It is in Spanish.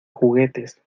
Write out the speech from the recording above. juguetes